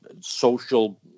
social